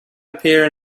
appear